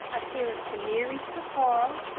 a pair of canaries for carl,